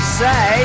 say